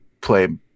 play